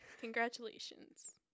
Congratulations